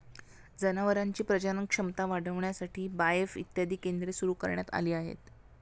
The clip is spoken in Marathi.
जनावरांची प्रजनन क्षमता वाढविण्यासाठी बाएफ इत्यादी केंद्रे सुरू करण्यात आली आहेत